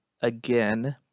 again